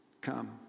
Come